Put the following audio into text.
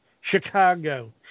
Chicago